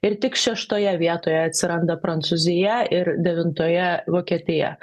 ir tik šeštoje vietoje atsiranda prancūzija ir devintoje vokietija